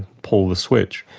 pull the switch,